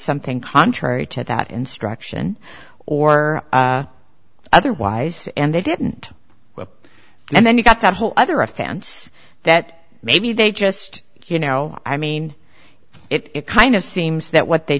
something contrary to that instruction or otherwise and they didn't and then you got that whole other offense that maybe they just you know i mean it kind of seems that what they